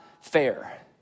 fair